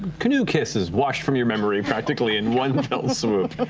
canoe kisses washed from your memory, practically, in one swoop.